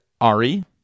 Ari